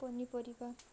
ପନିପରିବା